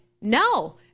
no